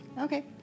Okay